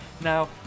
Now